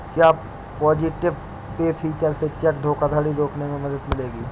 क्या positive pay feature से check धोखाधड़ी रोकने में मदद मिलेगी?